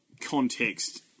context